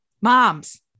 Moms